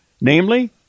namely